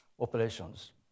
operations